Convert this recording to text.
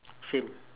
same